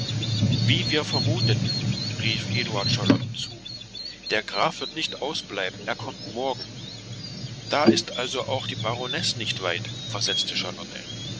wie wir vermuteten rief eduard charlotten zu der graf wird nicht ausbleiben er kommt morgen da ist also auch die baronesse nicht weit versetzte